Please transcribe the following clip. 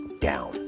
down